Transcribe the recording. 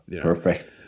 perfect